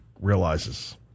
realizes